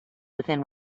within